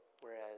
whereas